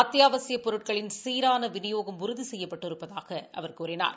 அத்தியாவசியப் பொருட்களின் சீரான விநியோகம் உறுதி செய்யப்பட்டிருப்பதாகக் கூறினார்